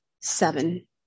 seven